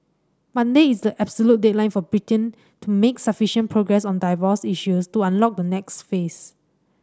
Monday is the absolute deadline for Britain to make sufficient progress on divorce issues to unlock the next phase